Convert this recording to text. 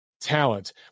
talent